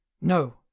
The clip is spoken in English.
no